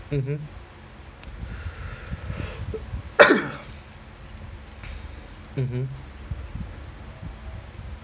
mmhmm mmhmm